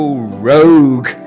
rogue